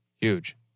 Huge